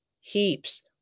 heaps